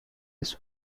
his